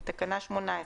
בתקנה 18,